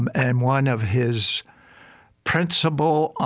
and and one of his principal,